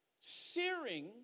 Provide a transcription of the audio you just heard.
Searing